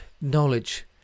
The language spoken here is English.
knowledge